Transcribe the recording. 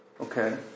Okay